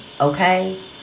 okay